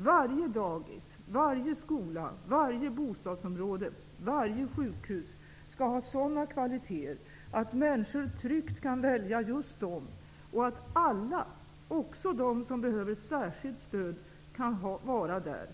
Varje dagis, varje skola, varje bostadsområde och varje sjukhus skall ha sådana kvaliteter att människor tryggt kan välja just dem och att alla -- också de som behöver särskilt stöd -- kan vara där.